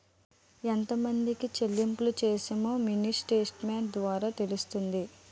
ఎంతమందికి చెల్లింపులు చేశామో మినీ స్టేట్మెంట్ ద్వారా తెలుస్తుంది